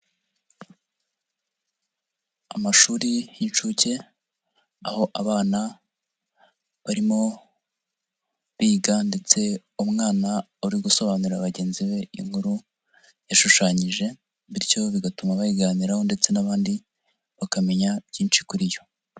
Amashuri y'incuke, aho abana barimo biga ndetse umwana uri gusobanurira bagenzi be inkuru yashushanyije bityo bigatuma bayiganiraho ndetse n'abandi bakamenya byinshi kuri yo.